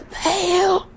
pale